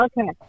Okay